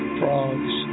frogs